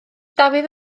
dafydd